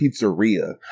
pizzeria